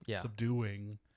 subduing